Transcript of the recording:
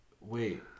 wait